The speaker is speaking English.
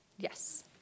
Yes